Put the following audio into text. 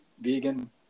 vegan